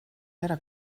era